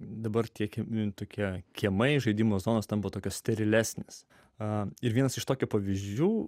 dabar tiekiami tokie kiemai žaidimo zonos tampa tokios sterilesnis a ir vienas iš tokių pavyzdžių